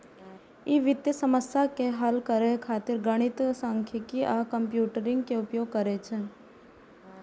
ई वित्तीय समस्या के हल करै खातिर गणित, सांख्यिकी आ कंप्यूटिंग के उपयोग करै छै